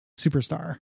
superstar